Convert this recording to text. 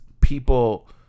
people